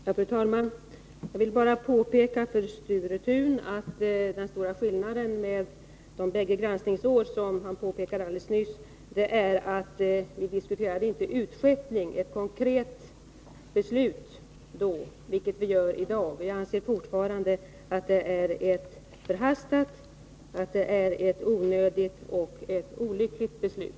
Fru talman! Jag vill bara påpeka för Sture Thun att den stora skillnaden mellan de bägge granskningsår som han nyss jämförde är att vi då inte diskuterade ett konkret beslut om utskeppning, vilket vi gör i dag. Jag anser fortfarande att det är ett förhastat, onödigt och olyckligt beslut.